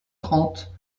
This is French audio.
trente